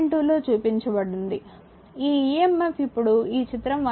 2 లో చూపించబడినది ఈ emf ఇప్పుడు ఈ చిత్రం 1